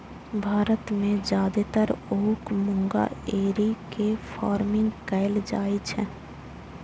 भारत मे जादेतर ओक मूंगा एरी के फार्मिंग कैल जाइ छै